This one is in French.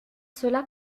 cela